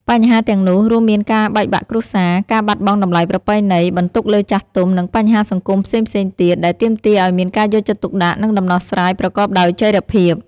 បញ្ហាទាំងនោះរួមមានការបែកបាក់គ្រួសារ ការបាត់បង់តម្លៃប្រពៃណី បន្ទុកលើចាស់ទុំ និងបញ្ហាសង្គមផ្សេងៗទៀត ដែលទាមទារឱ្យមានការយកចិត្តទុកដាក់ និងដំណោះស្រាយប្រកបដោយចីរភាព។